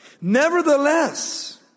Nevertheless